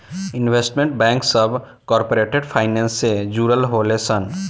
investment bank सभ corporate finance से जुड़ल होले सन